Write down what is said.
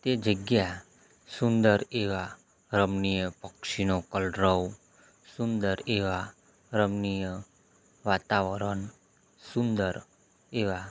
તે જગ્યા સુંદર એવા રમણીય પક્ષીનો કલરવ સુંદર એવા રમણીય વાતાવરણ સુંદર એવા